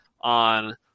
on